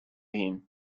him